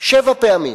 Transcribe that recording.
שבע פעמים